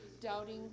doubting